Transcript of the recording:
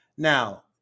Now